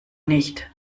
nicht